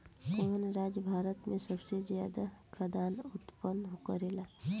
कवन राज्य भारत में सबसे ज्यादा खाद्यान उत्पन्न करेला?